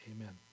Amen